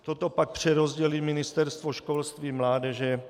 Toto pak přerozdělí Ministerstvo školství, mládeže.